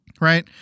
Right